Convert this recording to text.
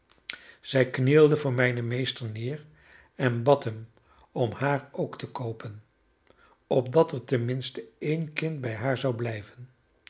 zij knielde voor mijnen meester neer en bad hem om haar ook te koopen opdat er ten minste één kind bij haar zou blijven